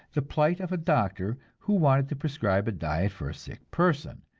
the plight of a doctor who wanted to prescribe a diet for a sick person,